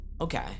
Okay